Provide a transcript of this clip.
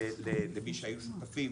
למי שהיו שותפים,